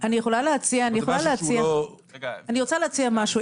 אני רוצה להציע משהו.